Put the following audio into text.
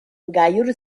gailur